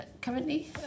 currently